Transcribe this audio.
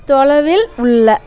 தொலைவில் உள்ள